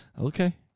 okay